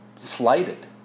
slighted